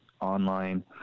online